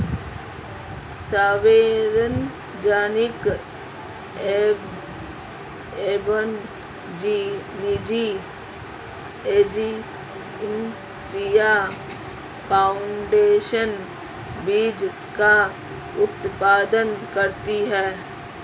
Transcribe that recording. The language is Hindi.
सार्वजनिक एवं निजी एजेंसियां फाउंडेशन बीज का उत्पादन करती है